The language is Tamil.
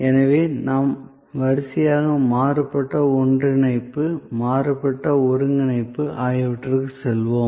எனவே நாம் வரிசையாக மாறுபட்ட ஒன்றிணைப்பு மாறுபட்ட ஒருங்கிணைப்பு ஆகியவற்றிற்கு செல்வோம்